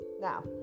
Now